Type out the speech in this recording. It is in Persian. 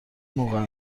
موقع